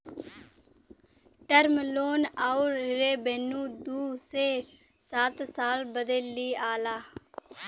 term loan अउर revenue दू से सात साल बदे लिआला